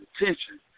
attention